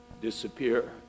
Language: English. disappear